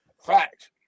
Fact